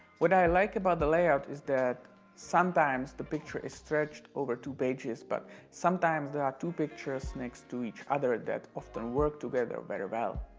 what i like about the layout is that sometimes the picture is stretched over two pages but sometimes there are two pictures next to each other that often work together very well.